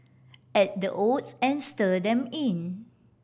add the oats and stir them in